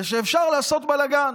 ושאפשר לעשות בלגן.